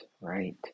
right